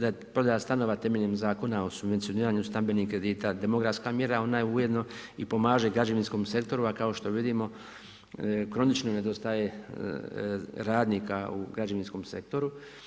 ta prodaja stanova temeljem Zakona o subvencioniranju stambenih kredita demografska mjera, ona ujedno i pomaže građevinskom sektoru a kao što vidimo, kronično nedostaje radnika u građevinskom sektoru.